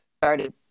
started